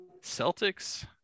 Celtics